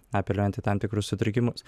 apeliuojant į tam tikrus sutrikimus